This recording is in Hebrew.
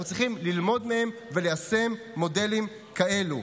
אנחנו צריכים ללמוד מהן וליישם מודלים כאלה.